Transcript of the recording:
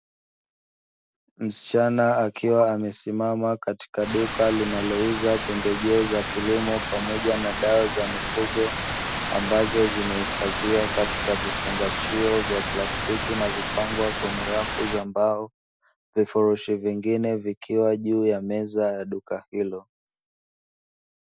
Msichana akiwa amesimama katika duka linalouza pembejeo za kilimo pamoja na dawa za mifugo ambazo zimehifadhiwa katika vifungashio vya plastiki na kupangwa kwenye rafu za mbao, vifurushi vingine vikiwa juu ya meza ya duka hilo.